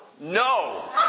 No